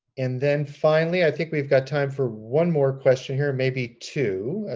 and then finally, i think we've got time for one more question here, maybe two.